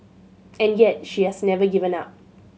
and yet she has never given up